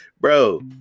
Bro